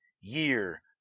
year